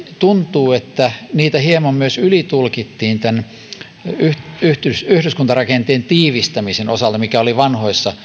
tuntuu että niitä hieman myös ylitulkittiin yhdyskuntarakenteen tiivistämisen osalta mikä oli vanhoissa